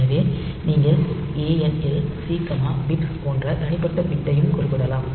எனவே நீங்கள் ANL C bit போன்ற தனிப்பட்ட பிட்டையும் குறிப்பிடலாம்